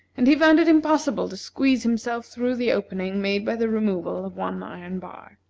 and he found it impossible to squeeze himself through the opening made by the removal of one iron bar.